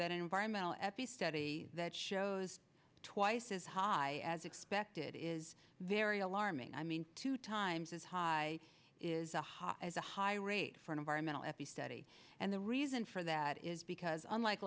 that environmental at the study that shows twice as high as expected is very alarming i mean two times as high is a high as a high rate for an environmental at the study and the reason for that is because unlike